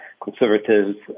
conservatives